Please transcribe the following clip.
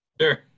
Sure